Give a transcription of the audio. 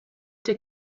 der